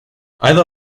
either